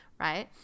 right